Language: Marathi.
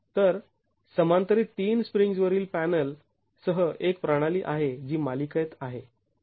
तर समांतरीत ३ स्प्रिंग्ज् वरील पॅनल सह एक प्रणाली आहे जी मालिकेत आहे